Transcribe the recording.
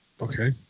Okay